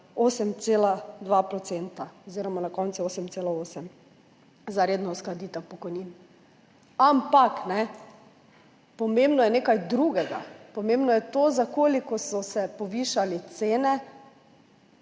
8,2 % oziroma na koncu 8,8 % za redno uskladitev pokojnin. Ampak pomembno je nekaj drugega, pomembno je to, za koliko so se povišale cene